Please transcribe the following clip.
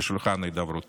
לשולחן ההידברות.